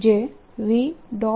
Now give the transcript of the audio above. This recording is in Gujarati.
F બનશે જે v